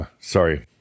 Sorry